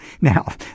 Now